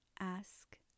Ask